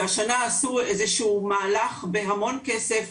והשנה עשו איזה שהוא מהלך בהמון כסף